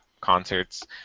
concerts